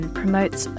promotes